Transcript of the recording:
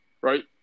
right